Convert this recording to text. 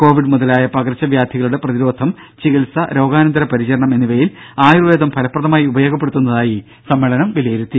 Covid മുതലായ പകർച്ചവ്യാധികളുടെ പ്രതിരോധം ചികിത്സ രോഗാനന്തര പരിചരണം എന്നിവയിൽ ആയുർവേദം ഫലപ്രദമായി ഉപയോഗപ്പെടുത്തുന്നതായി സമ്മേളനം വിലയിരുത്തി